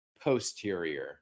posterior